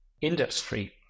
industry